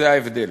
זה ההבדל.